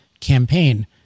campaign